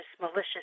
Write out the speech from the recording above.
malicious